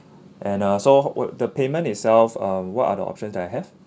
and uh so wha~ the payment itself um what are the options that I have